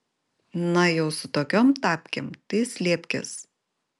na jau su tokiom tapkėm tai slėpkis